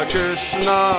Krishna